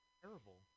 terrible